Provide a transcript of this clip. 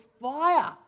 fire